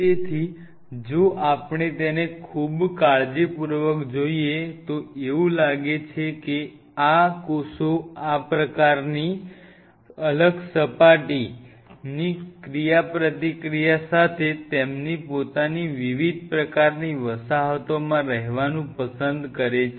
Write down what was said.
તેથી જો આપણે તેને ખૂબ કાળજીપૂર્વક જોઈએ તો એવું લાગે છે કે આ કોષો અલગ પ્રકારની સપાટીની ક્રિયાપ્રતિક્રિયા સાથે તેમની પોતાની વિવિધ પ્રકારની વસાહતોમાં રહેવાનું પસંદ કરે છે